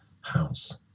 house